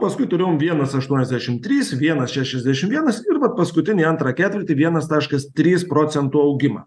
paskui turėjom vienas aštuoniasdešim trys vienas šešiasdešim vienas ir vat paskutinį antrą ketvirtį vienas taškas trys procento augimą